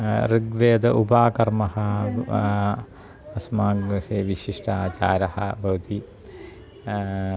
ऋग्वेद उपाकर्मः अस्माकं गृहे विशिष्ट आचारः भवति